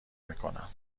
میکنم